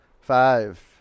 Five